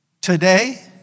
Today